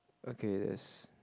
okay that's